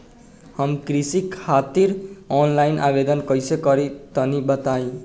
हम कृषि खातिर आनलाइन आवेदन कइसे करि तनि बताई?